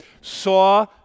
saw